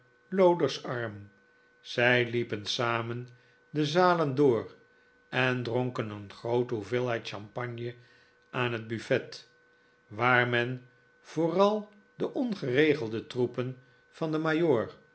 loder's arm zij liepen samen de zalen door en dronken een groote hoeveelheid champagne aan het buffet waar men vooral de ongeregelde troepen van den